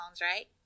right